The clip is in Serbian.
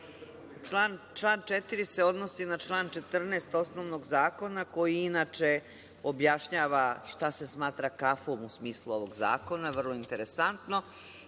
Član 4. se odnosi na član 14. osnovnog zakona koji inače objašnjava šta se smatra kafom u smislu ovog zakona, vrlo interesantno